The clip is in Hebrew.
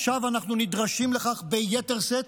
עכשיו אנחנו נדרשים לכך ביתר שאת,